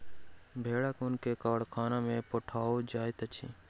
भेड़क ऊन के कारखाना में पठाओल जाइत छै